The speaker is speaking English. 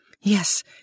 Yes